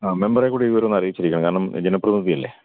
ആ മെമ്പറെ കൂടി ഈ വിവരമൊന്ന് അറിയിച്ചിരിക്കണം കാരണം ജനപ്രതിനിധി അല്ലേ